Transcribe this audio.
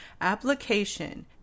Application